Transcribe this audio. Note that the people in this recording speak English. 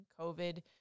COVID